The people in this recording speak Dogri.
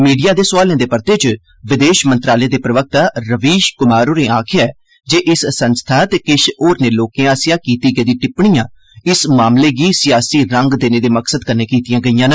मीडिया दे सोआलें दे परते च विदेश मंत्रालय दे प्रवक्ता रवीश कुमार होरें आखेआ जे इस संस्था ते किश होरनें लोकें आसेआ कीती गेदी टिप्पणियां इस मामले गी सियासी रंग देने दे मकसद कन्नै कीतीआं गेईआं न